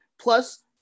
plus